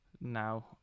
Now